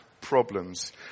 problems